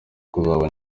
kuzaba